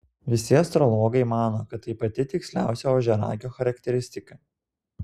visi astrologai mano kad tai pati tiksliausia ožiaragio charakteristika